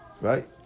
Right